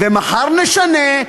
ומחר נשנה.